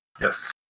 Yes